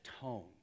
tone